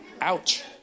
Ouch